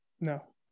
No